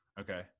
okay